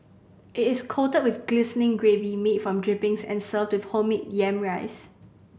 it is coated with glistening gravy made from drippings and served with homemade yam rice